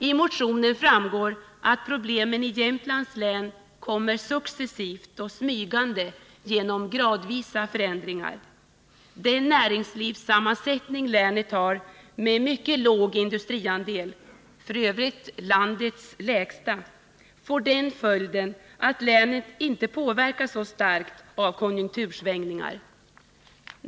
Av motionen framgår att problemen i Jämtlands län kommer successivt och smygande genom gradvisa förändringar. Den näringslivssammansättning länet har med mycket låg industriandel — f. ö. landets lägsta — får den följden att länet inte påverkas så starkt av konjunktursvängningar.